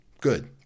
Good